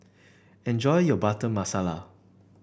enjoy your Butter Masala